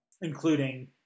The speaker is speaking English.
including